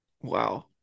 Wow